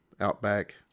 outback